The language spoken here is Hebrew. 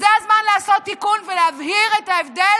אז זה הזמן לעשות תיקון ולהבהיר את ההבדל